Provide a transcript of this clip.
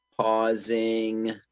Pausing